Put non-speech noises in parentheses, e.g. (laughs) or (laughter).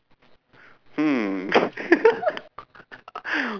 hmm (laughs)